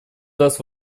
даст